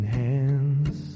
hands